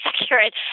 accurate